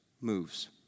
moves